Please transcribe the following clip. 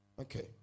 Okay